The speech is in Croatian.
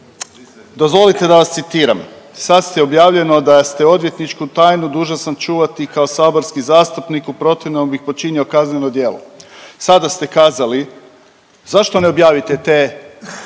dozvolite da vas citiram. Sad je objavljeno da ste odvjetničku tajnu dužan sam čuvati kao saborski zastupnik u protivnom bih počinio kazneno djelo. Sada ste kazali zašto ne objavite te